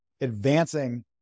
advancing